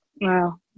Wow